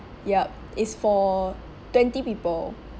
yup is for twenty people